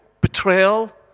betrayal